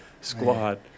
Squad